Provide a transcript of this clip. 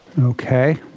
Okay